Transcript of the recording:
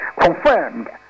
confirmed